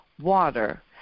water